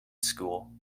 school